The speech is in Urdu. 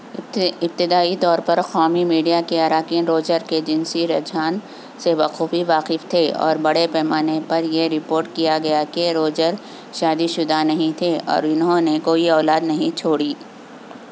ابتدائی طور پر قومی میڈیا کے اراکین روجر کے جنسی رجحان سے بخوبی واقف تھے اور بڑے پیمانے پر یہ رپورٹ کیا گیا کہ روجر شادی شدہ نہیں تھے اور انہوں نے کوئی اولاد نہیں چھوڑی